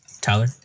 Tyler